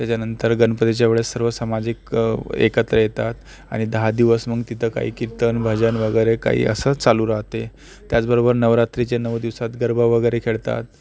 त्याच्यानंतर गणपतीच्यावेळेस सर्व सामाजिक एकत्र येतात आणि दहा दिवस मग तिथं काही कीर्तन भजन वगैरे काही असं चालू राहते त्याचबरोबर नवरात्रीचे नऊ दिवसात गरबा वगैरे खेळतात